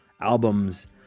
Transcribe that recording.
albums